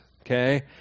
okay